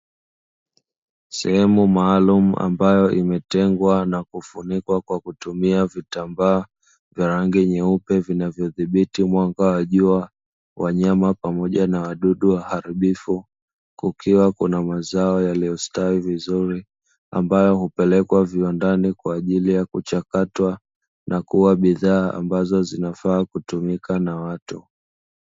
Sehemu maalumu ambayo imetengwa na kufunikwa kwa kutumia vitambaa vya rangi nyeupe, vinavyodhibiti mwanga wa jua, wanyama pamoja na wadudu waharibifu, kukiwa na mazao yaliyostawi vizuri ambayo hupelekwa viwandani kwaajili ya kuchakatwa na kuwa bidhaa ambazo zinazofaa kutumika na watu.